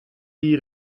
die